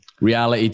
reality